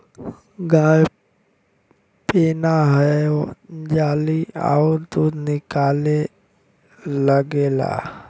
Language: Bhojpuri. गाय पेनाहय जाली अउर दूध निकले लगेला